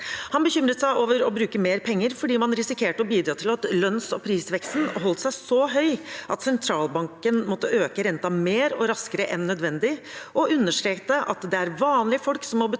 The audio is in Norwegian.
Han bekymret seg over å bruke mer penger, fordi man risikerte å bidra til at lønns- og prisveksten holdt seg så høy at sentralbanken måtte øke renten mer og raskere enn nødvendig. Og han understrekte at det er vanlige folk som må betale